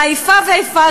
והיחס של איפה ואיפה,